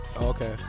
okay